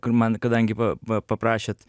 kur man kadangi pa pa paprašėt